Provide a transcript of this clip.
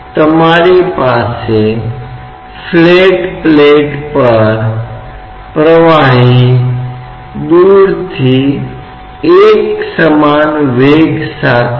और हम केवल सरलता के लिए एक दो आयामी द्रव तत्वों का उदाहरण लेते हैं